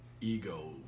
ego